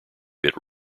bit